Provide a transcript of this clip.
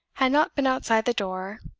had not been outside the door,